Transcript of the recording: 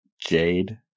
jade